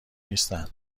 نیستن